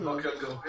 גם בבאקה אל-ע'רביה.